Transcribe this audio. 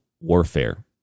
warfare